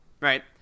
right